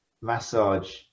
massage